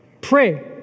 Pray